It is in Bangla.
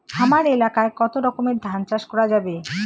হামার এলাকায় কতো রকমের ধান চাষ করা যাবে?